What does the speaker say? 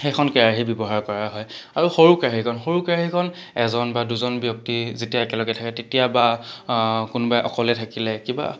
সেইখন কেৰাহী ব্যৱহাৰ কৰা হয় আৰু সৰু কেৰাহীখন সৰু কেৰাহীখন এজন বা দুজন ব্যক্তি যেতিয়া একেলগে থাকে তেতিয়া বা কোনোবাই অকলে থাকিলে কিবা